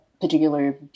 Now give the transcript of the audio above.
particular